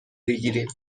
بگیریم